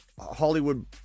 Hollywood